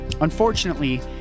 Unfortunately